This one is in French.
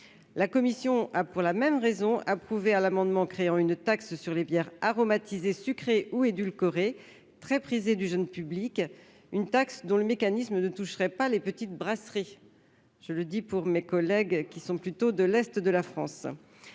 La commission a, pour la même raison, approuvé un amendement visant à créer une taxe sur les bières aromatisées sucrées ou édulcorées, très prisées du jeune public, taxe dont le mécanisme ne toucherait pas les petites brasseries- je le dis à l'attention de mes collègues de l'est de la France.